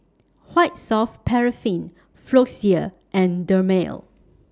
White Soft Paraffin Floxia and Dermale